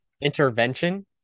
Intervention